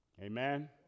Amen